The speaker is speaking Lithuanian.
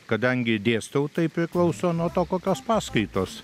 kadangi dėstau tai priklauso nuo to kokios paskaitos